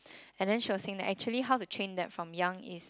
and then she was saying that actually how to train that from young is